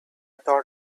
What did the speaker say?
thought